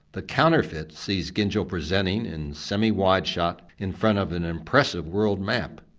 the counterfeit sees gyngell presenting in semi-wide shot in front of an impressive world map.